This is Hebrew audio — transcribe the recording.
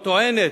טוענת,